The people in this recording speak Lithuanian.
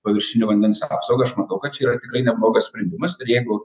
paviršinio vandens apsauga aš manau kad čia yra tikrai neblogas sprendimas ir jeigu